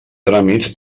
tràmits